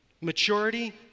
maturity